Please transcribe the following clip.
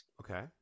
Okay